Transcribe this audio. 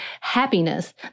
happiness